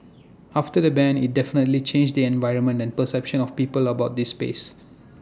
after the ban IT definitely changed the environment and perception of people about this space